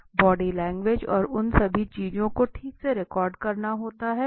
body language और उन सभी चीजों को ठीक से रिकॉर्ड करना होता है